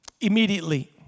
Immediately